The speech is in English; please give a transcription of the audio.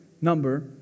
number